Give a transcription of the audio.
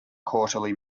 quarterly